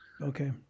Okay